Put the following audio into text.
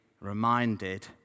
reminded